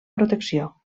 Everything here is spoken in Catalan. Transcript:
protecció